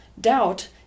Doubt